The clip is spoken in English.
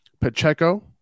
Pacheco